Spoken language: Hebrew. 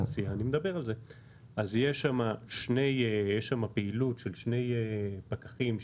יש שם פעילות של שני פקחים,